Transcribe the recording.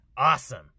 awesome